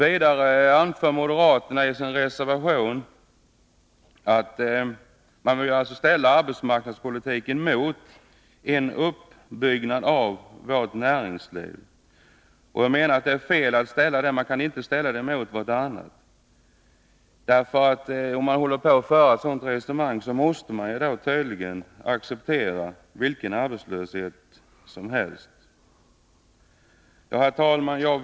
I en av moderaternas reservationer vill man vidare ställa arbetsmarknadspoltiken mot en uppbyggnad av vårt näringsliv. Men jag menar att det är fel. Man kan inte ställa arbetsmarknadspolitiken mot något annat. Om man för ett sådant resonemang, måste man ju acceptera vilka arbetslöshetstal som helst. Herr talman!